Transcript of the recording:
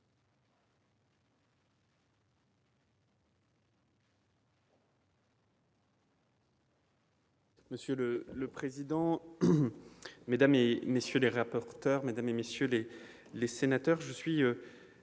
Monsieur le président, mesdames, messieurs les rapporteurs, mesdames, messieurs les sénateurs,